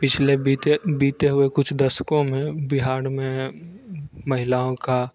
पिछले बीते बीते हुए कुछ दशकों में बिहार में महिलाओं का